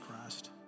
Christ